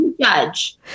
judge